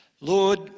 Lord